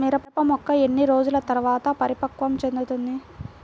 మిరప మొక్క ఎన్ని రోజుల తర్వాత పరిపక్వం చెందుతుంది?